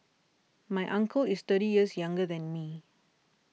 my uncle is thirty years younger than me